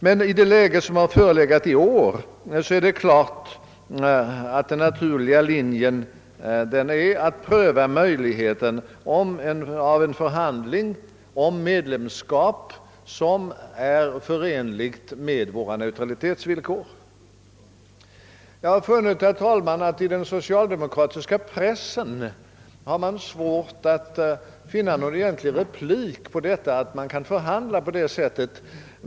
Men i det läge som varit för handen i år är det klart att den naturliga linjen är att pröva möjligheten av en förhandling om medlemskap som är förenligt med våra neutralitetsvillkor. Jag har funnit att man i den socialdemokratiska pressen har svårt att ge någon replik till förklaringen att det går att förhandla på detta sätt.